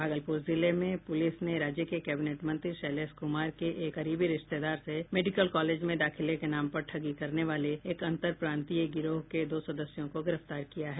भागलपुर जिले में पुलिस ने राज्य के कैबिनेट मंत्री शैलेश कुमार के एक करीबी रिश्तेदार से मेडिकल कॉलेज में दाखिले के नाम पर ठगी करने वाले एक अंतर प्रांतीय गिरोह के दो सदस्यों को गिरफ्तार किया है